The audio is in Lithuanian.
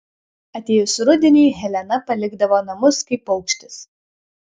atėjus rudeniui helena palikdavo namus kaip paukštis